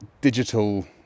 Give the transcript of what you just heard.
digital